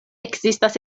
ekzistas